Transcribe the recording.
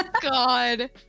God